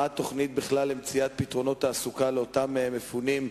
מה התוכנית בכלל למציאת פתרונות תעסוקה לאותם מפונים,